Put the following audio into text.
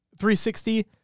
360